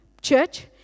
church